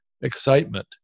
excitement